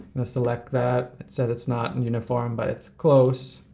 and select that. it said it's not and uniform, but it's close.